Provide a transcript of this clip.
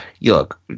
look